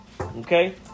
Okay